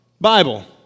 Bible